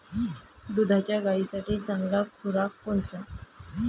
दुधाच्या गायीसाठी चांगला खुराक कोनचा?